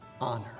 honor